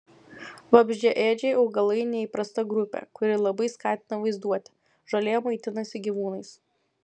vabzdžiaėdžiai augalai neįprasta grupė kuri labai skatina vaizduotę žolė maitinasi gyvūnais